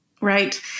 Right